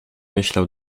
myślał